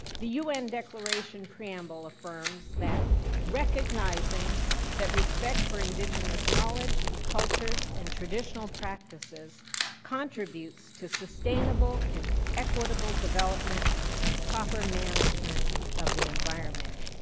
the un declaration preamble affirms that recognizing the respect for indigenous knowledge, cultures, and traditional practices contributes to sustainable and equitable development and proper management of the environment.